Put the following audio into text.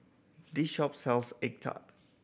this shop sells egg tart